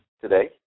today